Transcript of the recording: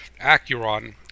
Acuron